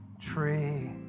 tree